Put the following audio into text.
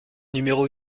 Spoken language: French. numéro